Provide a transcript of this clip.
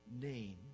name